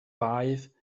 baedd